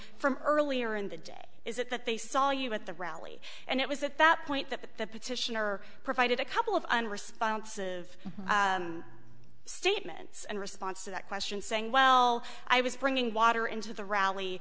from earlier in the day is it that they saw you at the rally and it was at that point that the petitioner provided a couple of unresponsive statements and response to that question saying well i was bringing water into the rally